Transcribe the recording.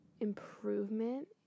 improvement